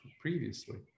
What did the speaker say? previously